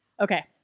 Okay